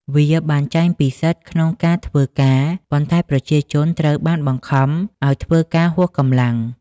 វាបានចែងពីសិទ្ធិក្នុងការធ្វើការ ប៉ុន្តែប្រជាជនត្រូវបានបង្ខំឱ្យធ្វើការហួសកម្លាំង។